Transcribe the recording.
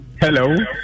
Hello